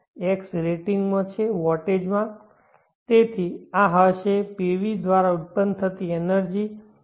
તેથી આ હશે આ PV દ્વારા ઉત્પન્ન થતી એનર્જી હશે